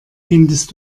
findest